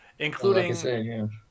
Including